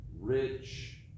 rich